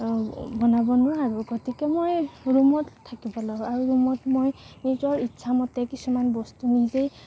বনাব নোৱাৰোঁ গতিকে মই ৰূমত থাকিব লাগে আৰু ৰূমত মই নিজৰ ইচ্ছামতে কিছুমান বস্তু নিজেই